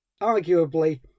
arguably